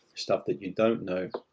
stuff that you don't know.